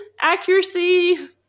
accuracy